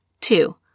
Two